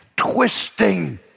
Twisting